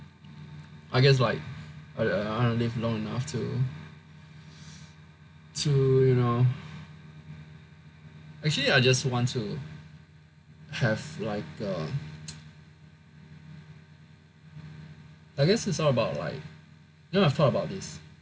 I guess like I I want to live long enough to to you know actually I just want to have like uh I guess it's all about like you know I thought about this